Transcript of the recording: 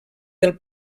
del